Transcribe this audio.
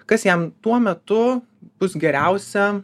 kas jam tuo metu bus geriausia